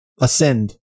ascend